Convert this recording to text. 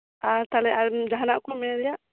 ᱟᱨ ᱛᱟᱞᱦᱮ ᱟᱨ ᱡᱟᱦᱟᱸᱱᱟᱜ ᱠᱚ ᱢᱮᱱ ᱨᱮᱭᱟᱜ